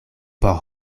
por